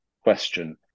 question